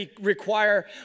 require